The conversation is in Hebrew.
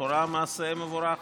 לכאורה מעשה מבורך.